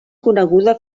coneguda